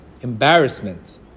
embarrassment